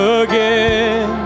again